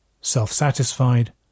self-satisfied